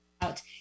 out